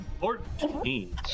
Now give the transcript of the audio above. Fourteen